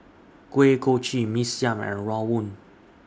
Kuih Kochi Mee Siam and Rawon